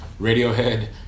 Radiohead